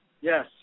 Yes